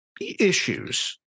issues